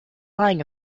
lying